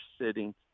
sitting –